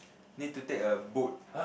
need to take a boat